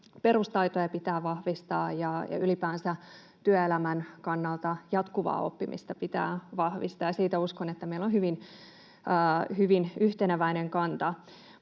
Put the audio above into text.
perustaitoja pitää vahvistaa ja ylipäänsä työelämän kannalta jatkuvaa oppimista pitää vahvistaa. Uskon, että meillä on siihen hyvin yhteneväinen kanta.